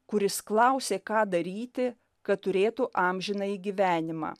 kuris klausė ką daryti kad turėtų amžinąjį gyvenimą